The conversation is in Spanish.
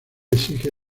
exige